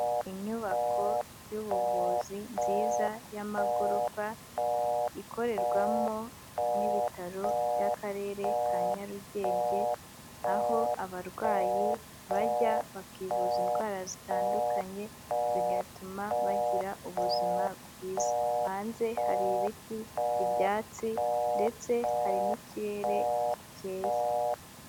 Inyubako y'ubuvuzi nziza y'amagorofa, ikorerwamo n'ibitaro by'akarere ka Nyarugenge, aho abarwayi bajya bakivuza indwara zitandukanye, bigatuma bagira ubuzima bwiza, hanze hari ibiti, ibyatsi ndetse hari n'ikirere gikeye.